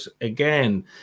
again